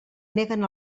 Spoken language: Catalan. neguen